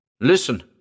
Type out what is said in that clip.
Listen